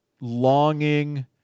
longing